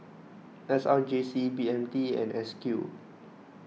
S R J C B M T and S Q